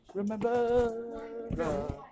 Remember